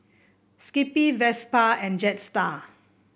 Skippy Vespa and Jetstar